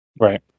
Right